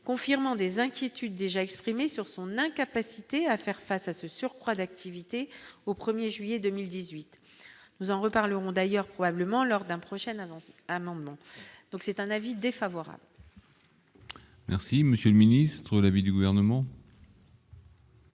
confirmant des inquiétudes déjà exprimées sur son incapacité à faire face à ce surcroît d'activité au 1er juillet 2018, nous en reparlerons d'ailleurs probablement lors d'un prochain avant amendement, donc c'est un avis défavorable. Merci monsieur le ministre, l'avis du gouvernement.